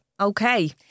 okay